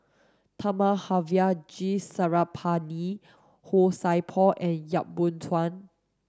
Thamizhavel G Sarangapani Han Sai Por and Yap Boon Chuan